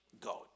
God